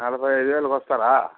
నలభై ఐదు వేలకు వస్తారా